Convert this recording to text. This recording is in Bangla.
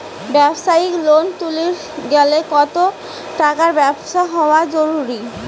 ব্যবসায়িক লোন তুলির গেলে কতো টাকার ব্যবসা হওয়া জরুরি?